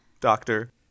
Doctor